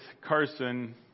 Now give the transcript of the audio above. Carson